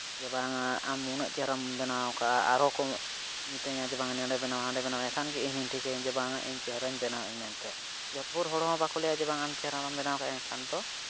ᱡᱮ ᱵᱟᱝᱼᱟ ᱟᱢ ᱱᱩᱱᱟᱹᱜ ᱪᱮᱦᱨᱟᱢ ᱵᱮᱱᱟᱣ ᱟᱠᱟᱫᱟ ᱟᱨᱦᱚᱸ ᱠᱚ ᱢᱤᱛᱟᱹᱧᱟ ᱡᱮ ᱱᱚᱸᱰᱮ ᱵᱮᱱᱟᱣ ᱦᱟᱸᱰᱮ ᱵᱮᱱᱟᱣᱟᱭ ᱮᱸᱰᱮᱠᱷᱟᱱ ᱜᱮ ᱤᱧᱦᱚᱧ ᱴᱷᱤᱠᱟᱹᱭᱮᱫᱟ ᱡᱮ ᱤᱧ ᱪᱮᱦᱨᱟᱧ ᱵᱮᱱᱟᱣᱮᱫᱟ ᱢᱮᱱᱛᱮ ᱡᱚᱛ ᱵᱷᱳᱨ ᱦᱚᱲᱦᱚᱸ ᱵᱟᱠᱚ ᱢᱮᱱᱟ ᱪᱮᱦᱨᱟᱢ ᱵᱮᱱᱟᱣ ᱠᱮᱜᱼᱟ ᱮᱱᱠᱷᱟᱱ ᱫᱚ